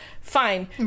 fine